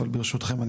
אבל ברשותכם,